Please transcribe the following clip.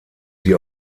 sie